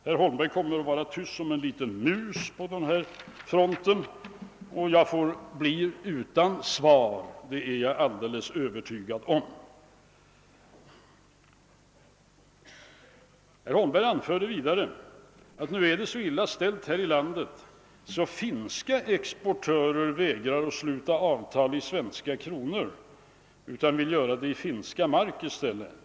Herr Holmberg kommer att vara tyst som en liten mus på den här punkten, jag är alldeles övertygad om att jag blir utan svar. Herr Holmberg anförde vidare att det nu är så illa ställt här i landet, att finska exportörer vägrar sluta avtal i svenska kronor och vill göra det i finska mark i stället.